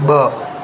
ॿ